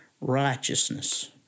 righteousness